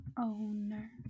owner